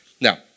Now